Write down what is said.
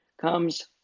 comes